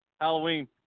Halloween